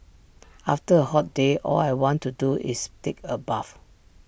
after A hot day all I want to do is take A bath